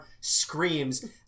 screams